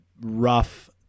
rough